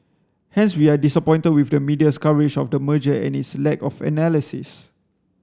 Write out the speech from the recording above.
hence we are disappointed with the media's coverage of the merger and its lack of analysis